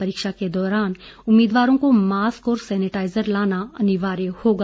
परीक्षा के दौरान उम्मीदवारों को मास्क और सेनिटिजेर लाना अनिवार्य होगा